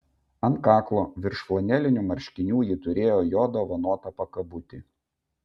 ant kaklo virš flanelinių marškinių ji turėjo jo dovanotą pakabutį